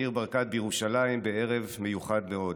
וניר ברקת בירושלים בערב מיוחד מאוד.